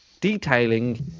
detailing